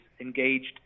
engaged